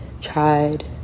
tried